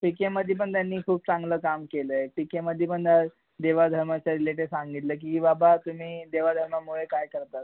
पीकेमध्ये पण त्यांनी खूप चांगलं काम केलं आहे पीकेमध्ये पण देवाधर्माच्या रिलेटेड सांगितलं आहे की बाबा तुम्ही देवाधर्मामुळे काय करता